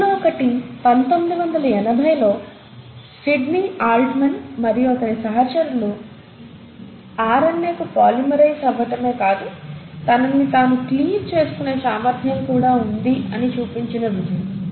అందులో ఒకటి 1980 ల్లో సిడ్నీ అల్ట్మన్ మరియు అతని సహచరులు RNAఏ కు పొలిమెరైజ్ అవ్వటమే కాదు తనని తాను క్లీవ్ చేసుకునే సామర్ధ్యం కూడా ఉంది అని చూపించిన రుజువు